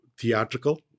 Theatrical